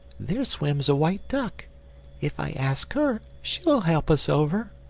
there swims a white duck if i ask her she'll help us over,